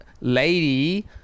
lady